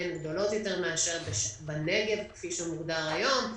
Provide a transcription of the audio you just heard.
הן גדולות יותר מאשר בנגב כפי שמוגדר היום.